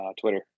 Twitter